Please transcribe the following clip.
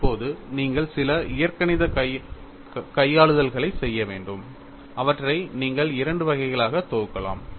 இப்போது நீங்கள் சில இயற்கணித கையாளுதல்களைச் செய்ய வேண்டும் அவற்றை நீங்கள் இரண்டு வகைகளாக தொகுக்கலாம்